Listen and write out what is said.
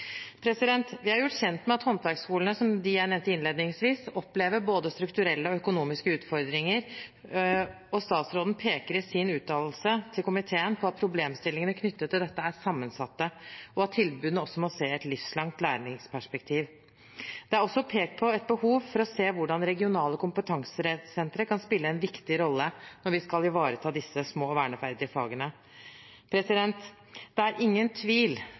Vi er gjort kjent med at håndverksskoler, som dem jeg nevnte innledningsvis, opplever både strukturelle og økonomiske utfordringer, og statsråden peker i sin uttalelse til komiteen på at problemstillingene knyttet til dette er sammensatte, og at tilbudene også må sees i et livslangt læringsperspektiv. Det er også pekt på et behov for å se på hvordan regionale kompetansesentre kan spille en viktig rolle når vi skal ivareta disse små og verneverdige fagene. Det er ingen tvil